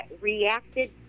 reacted